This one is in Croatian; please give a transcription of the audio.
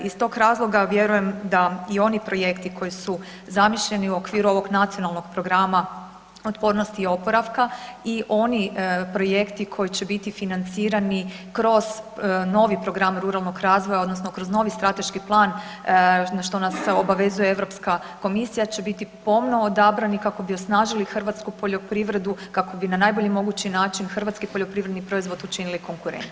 Iz tog razloga vjerujem da i oni projekti koji su zamišljeni u okviru ovog Nacionalnog plana otpornosti i oporavka i oni projekti koji će biti financirani kroz novi Program ruralnog razvoja odnosno kroz novi Strateški plan, što nas obavezuje EU komisija će biti pomno odabrani kako bi osnažili hrvatsku poljoprivrednu, kako bi na najbolji mogući način hrvatski poljoprivredni proizvod učinili konkurentnim.